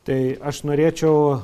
tai aš norėčiau